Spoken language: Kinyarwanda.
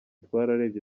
twararebye